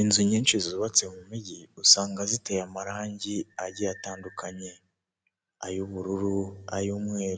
Umunara muremure cyane w'itumanaho uri mu mabara y'umutuku ndetse n'umweru bigaragara ko